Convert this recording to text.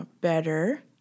better